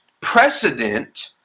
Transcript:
precedent